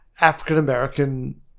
African-American